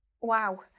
Wow